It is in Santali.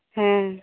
ᱦᱮᱸ